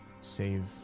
save